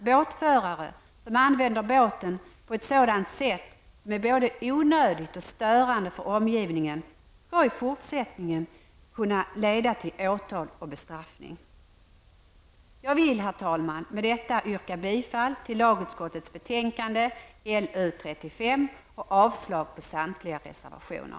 Båtförare som använder båten på ett sådant sätt som är både onödigt och störande för omgivningen skall i fortsättningen kunna åtalas och bestraffas. Jag vill, herr talman, med detta yrka bifall till lagutskottets hemställan i betänkande LU35 och avslag på samtliga reservationer.